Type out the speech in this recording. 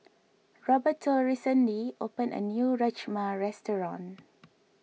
Roberto recently opened a new Rajma restaurant